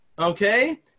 okay